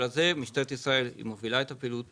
משטרת ישראל מובילה את הפעילות